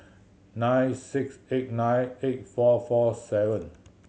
nine six eight nine eight four four seven